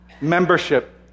Membership